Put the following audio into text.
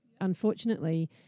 unfortunately